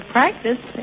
practice